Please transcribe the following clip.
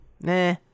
Nah